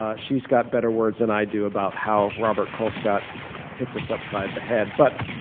ah she's got better words than i do about how robert colescott hits us upside the head. but